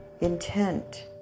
intent